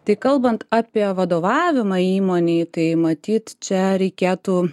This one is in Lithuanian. tai kalbant apie vadovavimą įmonei tai matyt čia reikėtų